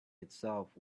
itself